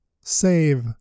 Save